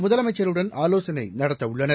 முதலமைச்சருடன் ஆலோசனை நடத்த உள்ளனர்